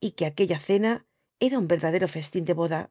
y que aquella cena era un verdadero festín de boda